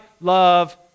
love